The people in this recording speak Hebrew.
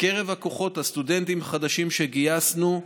בקרב הכוחות, הסטודנטים החדשים שגייסנו,